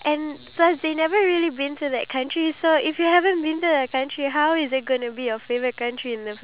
and the host from the airbnb can recommend us places to go in the country